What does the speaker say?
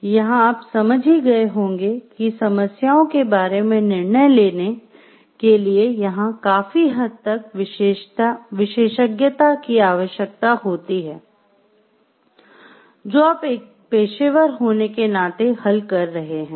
तो यहाँ आप समझ ही गए होंगे कि समस्याओं के बारे में निर्णय लेने लेने के लिए यहाँ काफी हद तक विशेषज्ञता की आवश्यकता होती है जो आप एक पेशेवर होने के नाते हल कर रहे हैं